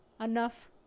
enough